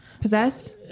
Possessed